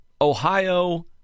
Ohio